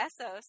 Essos